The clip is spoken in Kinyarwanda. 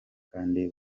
kandi